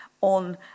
on